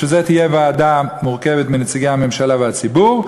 בשביל זה תהיה ועדה שמורכבת מנציגי הממשלה והציבור,